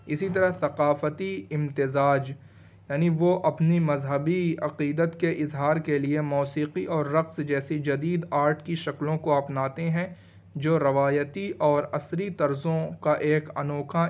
اسی طرح ثقافتی امتزاج یعنی وہ اپنی مذہبی عقیدت کے اظہار کے لیے موسیقی اور رقص جیسی جدید آرٹ کی شکلوں کو اپناتے ہیں جو روایتی اور عصری طرزوں کا ایک انوکھا